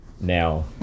now